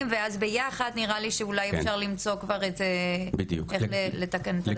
ואז נראה לי שביחד כבר אפשר למצוא כבר איזה דרך לתקן את זה.